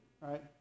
right